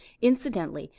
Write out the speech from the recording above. incidentally,